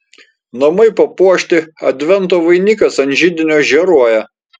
namai papuošti advento vainikas ant židinio žėruoja